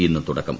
ഇന്ന് തുടക്കം